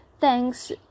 thanks